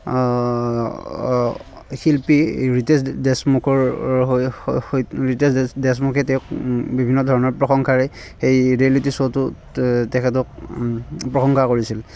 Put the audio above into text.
শিল্পী ৰিটেশ দেশমুখৰ সৈতে ৰিটেশ দেশমুখে তেওঁক বিভিন্ন ধৰণৰ প্ৰশংসাৰে সেই ৰিয়েলিটী শ্ব'টোত তেখেতক প্ৰশংসা কৰিছিল